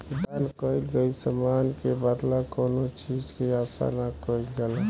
दान कईल गईल समान के बदला कौनो चीज के आसा ना कईल जाला